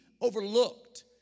overlooked